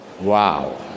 Wow